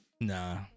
Nah